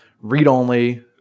read-only